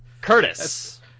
Curtis